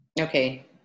Okay